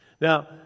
Now